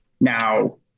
now